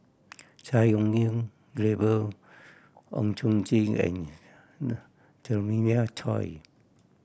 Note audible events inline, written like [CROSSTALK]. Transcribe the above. Chai Hon Yoong Gabriel Oon Chong Jin and [UNINTELLIGIBLE] Jeremiah Choy